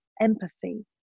empathy